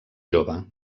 jove